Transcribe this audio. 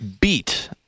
beat